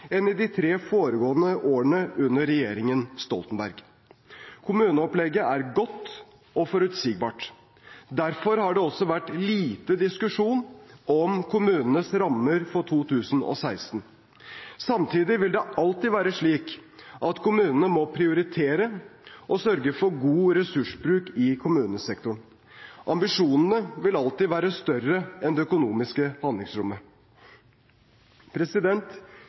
enn i de tre foregående årene, under regjeringen Stoltenberg. Kommuneopplegget er godt og forutsigbart. Derfor har det også vært lite diskusjon om kommunenes rammer for 2016. Samtidig vil det alltid være slik at kommunene må prioritere og sørge for god ressursbruk i kommunesektoren. Ambisjonene vil alltid være større enn det økonomiske handlingsrommet.